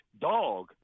Dog